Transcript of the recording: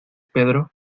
pedro